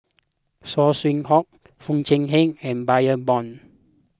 Saw Swee Hock Foo Chee Han and Bani Buang